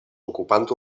ocupant